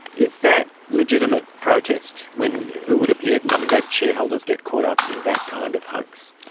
is that legitimate protest when it would appear mum-and-dad shareholders get caught up in that kind of hoax?